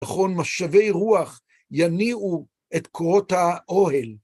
נכון? משווי רוח יניעו את קורות האוהל.